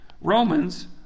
Romans